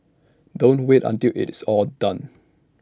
don't wait until it's all done